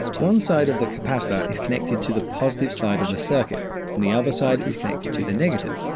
one side of the capacitor is connected to the positive side of the circuit, and the other side is connected to the negative.